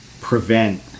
prevent